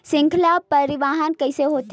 श्रृंखला परिवाहन कइसे होथे?